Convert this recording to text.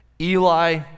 Eli